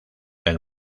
del